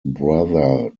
brother